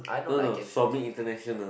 no no somy international